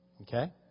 Okay